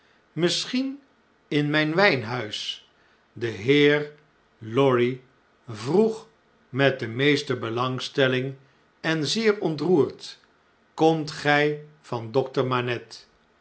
misschien in mijn wijnhuis de heer lorry vroeg met de meeste belangstelling en zeer ontroerd komt gij van dokter manette